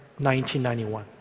1991